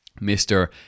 Mr